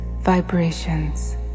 vibrations